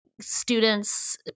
students